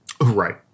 Right